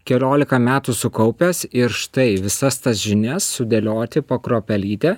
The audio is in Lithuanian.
keliolika metų sukaupęs ir štai visas tas žinias sudėlioti po kruopelytę